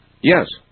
Yes